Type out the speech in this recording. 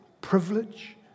privilege